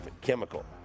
chemical